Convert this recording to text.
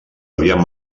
havien